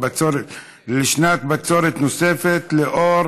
לשנת בצורת נוספת לאור